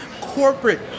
corporate